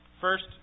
First